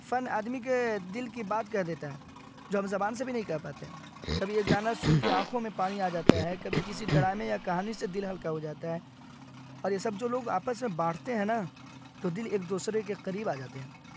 فن آدمی کے دل کی بات کہہ دیتا ہے جو ہم زبان سے بھی نہیں کہہ پاتے ہیں کبھی یہ گانا سن کے آنکھوں میں پانی آ جاتا ہے کبھی کسی ڈرامے یا کہانی سے دل ہلکا ہو جاتا ہے اور یہ سب جو لوگ آپس میں بانٹتے ہیں نا تو دل ایک دوسرے کے قریب آ جاتے ہیں